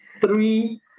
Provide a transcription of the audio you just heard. Three